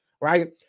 Right